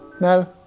No